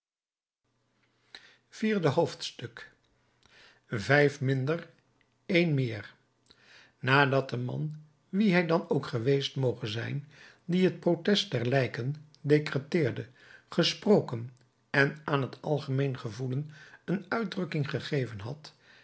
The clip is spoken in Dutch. vierde hoofdstuk vijf minder een meer nadat de man wie hij dan ook geweest moge zijn die het protest der lijken decreteerde gesproken en aan het algemeen gevoelen een uitdrukking gegeven had